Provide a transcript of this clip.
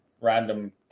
random